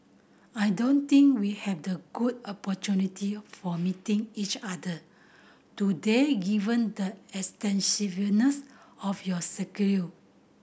I don't think we had the good opportunity for meeting each other today given the extensiveness of your